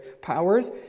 powers